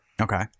okay